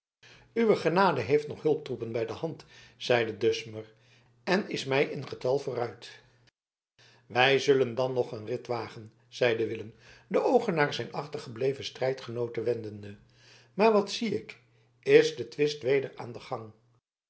uwe genade heeft nog hulptroepen bij de hand zeide dusmer en is mij in getal vooruit wij zullen dan nog een rit wagen zeide willem de oogen naar zijn achtergeblevene strijdgenooten wendende maar wat zie ik is de twist weder aan den gang